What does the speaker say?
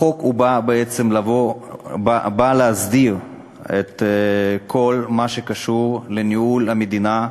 החוק בא להסדיר את כל מה שקשור לניהול המדינה,